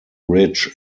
ridge